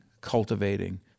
cultivating